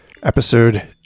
Episode